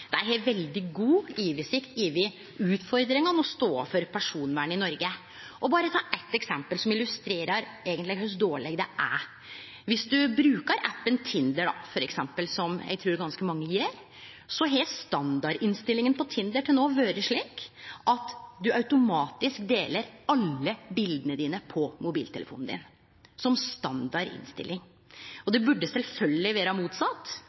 Dei har veldig god oversikt over utfordringane og stoda for personvernet i Noreg. Eg vil berre ta eitt eksempel som eigentleg illustrerer kor dårleg det er: Viss ein brukar appen Tinder, f.eks., som eg trur ganske mange gjer, har standardinnstillinga på Tinder til no vore slik at ein automatisk deler alle bileta på mobiltelefonen sin – som standard innstilling.